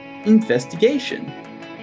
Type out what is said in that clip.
investigation